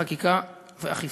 חקיקה ואכיפה.